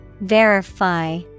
Verify